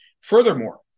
Furthermore